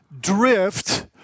drift